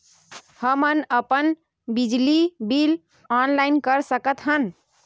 हमन अपन बिजली बिल ऑनलाइन कर सकत हन?